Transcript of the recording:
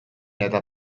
eta